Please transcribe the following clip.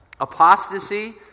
Apostasy